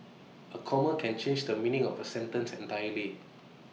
A comma can change the meaning of A sentence entirely